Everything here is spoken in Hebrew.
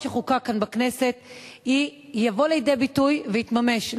שחוקק כאן בכנסת יבוא לידי ביטוי ויתממש.